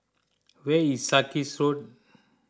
where is Sarkies Road